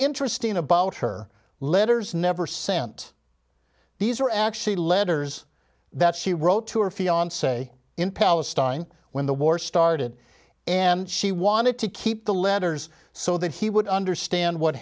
interesting about her letters never sent these are actually letters that she wrote to her fiance in palestine when the war started and she wanted to keep the letters so that he would understand what